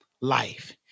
life